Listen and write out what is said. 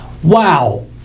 Wow